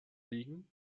liegen